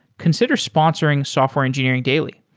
consider sponsoring software engineering daily.